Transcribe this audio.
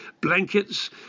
blankets